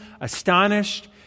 astonished